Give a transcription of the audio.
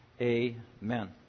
amen